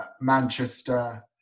Manchester